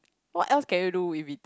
what else can you do with it